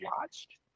watched